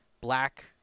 black